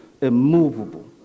immovable